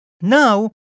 now